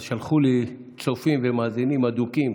אז שלחו לי צופים ומאזינים אדוקים: